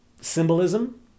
symbolism